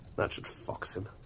that should fox him.